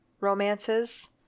romances